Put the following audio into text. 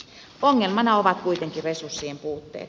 ongelmana ovat kuitenkin resurssien puutteet